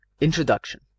Introduction